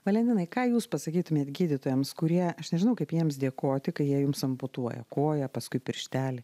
valentinai ką jūs pasakytumėt gydytojams kurie aš nežinau kaip jiems dėkoti kai jie jums amputuoja koją paskui pirštelį